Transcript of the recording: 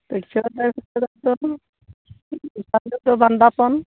ᱯᱤᱲᱪᱷᱟᱹᱣ ᱟᱫᱮᱨ ᱠᱟᱛᱮᱫ ᱫᱚ ᱫᱚᱥᱟᱨ ᱦᱤᱞᱟᱹᱜ ᱫᱚ ᱵᱟᱸᱫᱟᱯᱚᱱ